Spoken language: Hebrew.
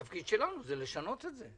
התפקיד שלנו הוא לשנות את זה.